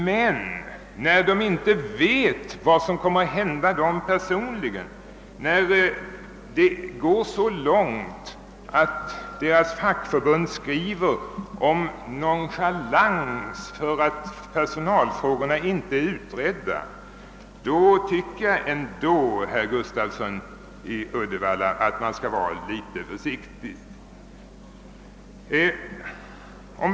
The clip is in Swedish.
Men när de inte vet vad som kommer att hända dem personligen, när det går så långt att deras fackförbund skriver om nonchalans därför att personalfrågorna inte är utredda, då tycker jag ändå, herr Gustafsson i Uddevalla, att man skall vara litet försiktig.